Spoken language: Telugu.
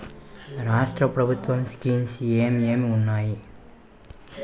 రాష్ట్రం ప్రభుత్వ స్కీమ్స్ ఎం ఎం ఉన్నాయి?